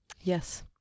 yes